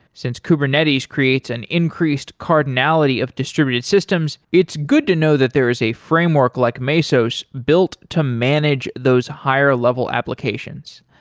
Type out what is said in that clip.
since kubernetes creates an increased cardinality of distributed systems, it's good to know that there is a framework like mesos built to manage those higher level applications.